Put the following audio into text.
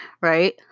Right